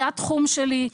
זה התחום שלי,